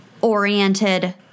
oriented